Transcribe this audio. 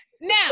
Now